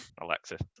Alexis